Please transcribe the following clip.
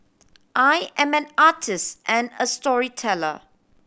I am an artist and a storyteller